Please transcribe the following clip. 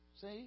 See